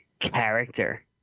character